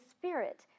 Spirit